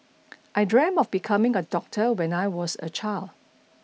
I dreamt of becoming a doctor when I was a child